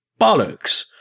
Bollocks